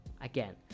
again